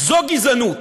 זו גזענות.